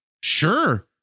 sure